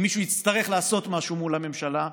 אם מישהו יצטרך לעשות משהו מול הממשלה,